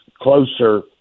closer